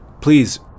Please